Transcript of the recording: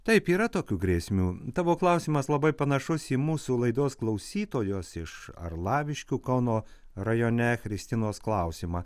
taip yra tokių grėsmių tavo klausimas labai panašus į mūsų laidos klausytojos iš arlaviškių kauno rajone kristinos klausimą